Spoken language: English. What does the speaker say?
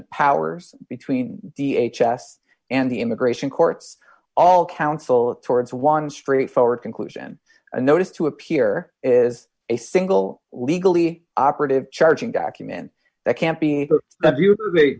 of powers between the h s and the immigration courts all counsel for it's one straightforward conclusion a notice to appear as a single legally operative charging document that can't be that